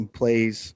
plays